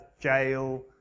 jail